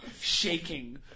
shaking